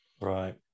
right